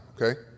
okay